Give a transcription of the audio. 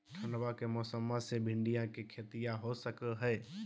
ठंडबा के मौसमा मे भिंडया के खेतीया हो सकये है?